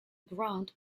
ground